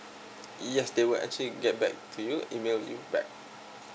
yes they will actually get back to you email you back